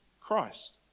Christ